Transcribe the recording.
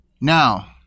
Now